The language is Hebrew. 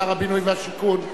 שר הבינוי והשיכון.